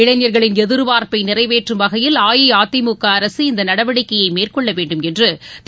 இளைஞர்களின் எதிர்பார்ப்பை நிறைவேற்றும் வகையில் அஇஅதிமுக அரசு இந்த நடவடிக்கையை மேற்கொள்ள வேண்டும் என்று திரு